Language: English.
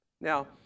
Now